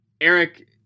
Eric